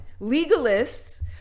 legalists